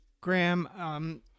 Graham